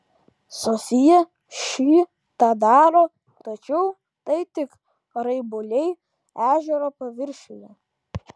sofija šį tą daro tačiau tai tik raibuliai ežero paviršiuje